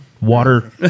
Water